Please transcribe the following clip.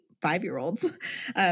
five-year-olds